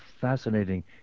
fascinating